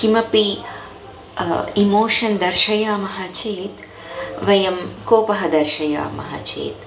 किमपि इमोषन् दर्शयामः चेत् वयं कोपः दर्शयामः चेत्